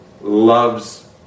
loves